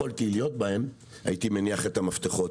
יכולתי להיות בהם והייתי מניח את המפתחות.